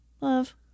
love